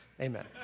Amen